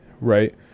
right